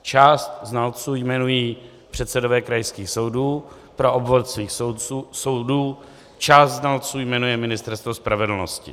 Část znalců jmenují předsedové krajských soudů pro obvod svých soudů, část znalců jmenuje Ministerstvo spravedlnosti.